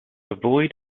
avoid